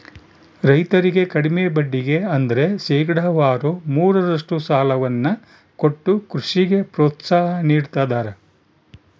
ರೈತರಿಗೆ ಕಡಿಮೆ ಬಡ್ಡಿಗೆ ಅಂದ್ರ ಶೇಕಡಾವಾರು ಮೂರರಷ್ಟು ಸಾಲವನ್ನ ಕೊಟ್ಟು ಕೃಷಿಗೆ ಪ್ರೋತ್ಸಾಹ ನೀಡ್ತದರ